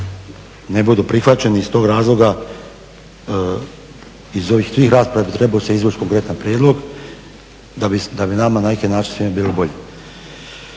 ne budu prihvaćeni iz tog razloga, iz ovih svih rasprava trebao bi se izvući konkretan prijedlog da bi nama na neki način svima bilo bolje.